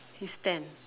he's ten